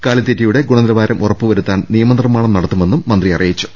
കാലിത്തീറ്റയുടെ ഗുണനിലവാരം ഉറപ്പ് വരുത്തുന്നതിന് നിയമനിർമ്മാണം നടത്തുമെന്നും മന്ത്രി അറിയിച്ചു